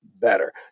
better